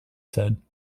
said